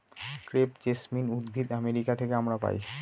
crepe jasmine উদ্ভিদ America থেকে আমরা পাই